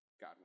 God